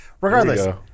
regardless